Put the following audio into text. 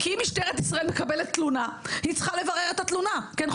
אם משטרת ישראל מקבלת תלונה היא צריכה לברר את התלונה כמובן,